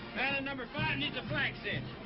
and number five needs a flank cinch.